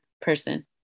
person